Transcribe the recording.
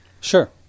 Sure